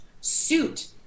suit